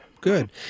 Good